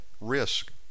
risk